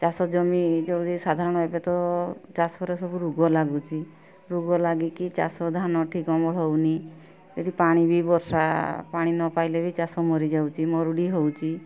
ଚାଷ ଜମି ସାଧାରଣତଃ ଚାଷର ସବୁ ରୋଗ ଲାଗୁଛି ରୋଗ ଲାଗିକି ଚାଷ ଧାନ ଠିକ ଅମଳ ହେଉନି ଏଠି ପାଣି ବି ବର୍ଷା ପାଣି ନପାଇଲେ ବି ଚାଷ ମରିଯାଉଛି ମରୁଡ଼ି ହେଉଛି